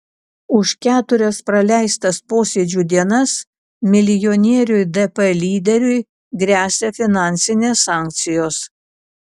už keturias praleistas posėdžių dienas milijonieriui dp lyderiui gresia finansinės sankcijos